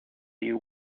you